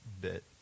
bit